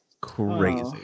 Crazy